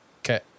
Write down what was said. Okay